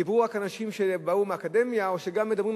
דיברו רק עם אנשים שבאו מהאקדמיה או שגם מדברים עם